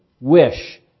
wish